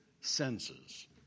senses